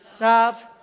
Love